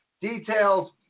details